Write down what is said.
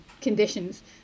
conditions